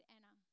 Anna